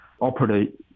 operate